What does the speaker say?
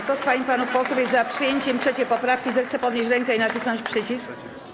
Kto z pań i panów posłów jest przyjęciem 3. poprawki, zechce podnieść rękę i nacisnąć przycisk.